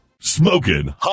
Smoking